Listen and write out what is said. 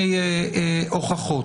דיוני הוכחות,